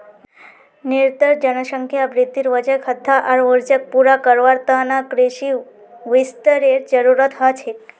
निरंतर जनसंख्या वृद्धिर वजह खाद्य आर ऊर्जाक पूरा करवार त न कृषि विस्तारेर जरूरत ह छेक